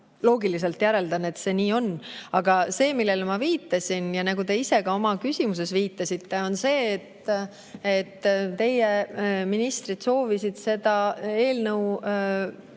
loogiliselt järeldan, et see nii on. Aga see, millele ma viitasin ja millele te ka ise oma küsimuses viitasite, on see, et teie ministrid soovisid eelnõu